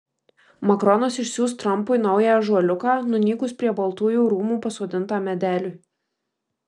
makronas išsiųs trampui naują ąžuoliuką nunykus prie baltųjų rūmų pasodintam medeliui